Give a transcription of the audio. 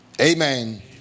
Amen